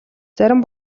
зарим